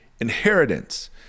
inheritance